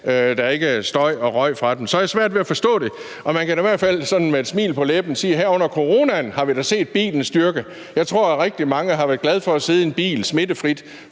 Der er ikke støj og røg fra dem. Så jeg har svært ved at forstå det, og man kan da i hvert fald med et smil på læben sige, at her under coronaen har vi da set bilens styrke. Jeg tror, at rigtig mange har været glade for at sidde smittefrit